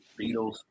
Beatles